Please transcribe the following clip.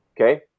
okay